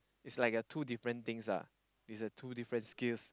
it's like a two different things lah it's a two different skills